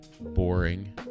boring